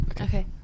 Okay